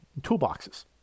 toolboxes